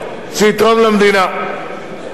יתרום למדינה.